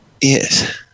yes